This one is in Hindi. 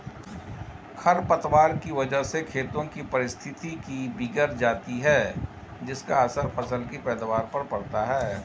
खरपतवार की वजह से खेतों की पारिस्थितिकी बिगड़ जाती है जिसका असर फसल की पैदावार पर पड़ता है